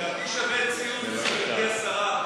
לדעתי זה שווה ציוץ, גברתי השרה.